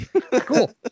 Cool